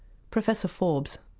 professor forbes.